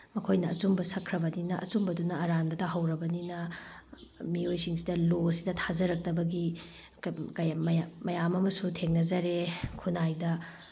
ꯃꯈꯣꯏꯅ ꯑꯆꯨꯝꯕ ꯁꯛꯈ꯭ꯔꯕꯅꯤꯅ ꯑꯆꯨꯝꯕꯗꯨꯅ ꯑꯔꯥꯟꯕ ꯇꯥꯍꯧꯔꯕꯅꯤꯅ ꯃꯤꯑꯣꯏꯁꯤꯡꯁꯤꯗ ꯂꯣꯁꯤꯗ ꯊꯥꯖꯔꯛꯇꯕꯒꯤ ꯃꯌꯥꯝ ꯑꯃꯁꯨ ꯊꯦꯡꯅꯖꯔꯦ ꯈꯨꯟꯅꯥꯏꯗ